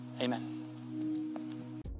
Amen